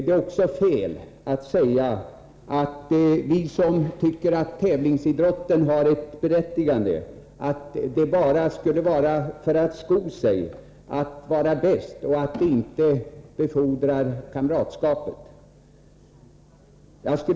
Det är fel att säga att det för oss som tycker att tävlingsidrotten har ett berättigande bara handlar om att sko sig och att vara bäst. Påståendet att tävlingsidrotten inte skulle befordra kamratskap är också fel.